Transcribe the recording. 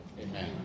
Amen